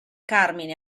carmine